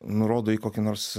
nurodo į kokį nors